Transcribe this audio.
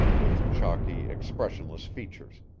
with chalky, expressionless features,